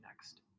next